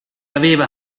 aveva